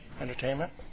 entertainment